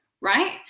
right